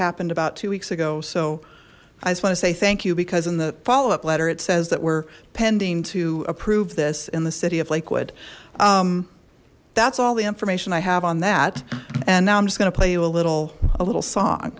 happened about two weeks ago so i just want to say thank you because in the follow up letter it says that we're pending to approve this in the city of lakewood that's all the information i have on that and now i'm just going to play you a little a little song